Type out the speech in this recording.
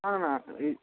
না না না